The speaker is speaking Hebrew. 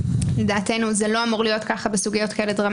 תנסו לראות איך זה מיושם בערכאות הדיוניות.